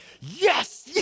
Yes